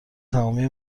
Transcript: تمامی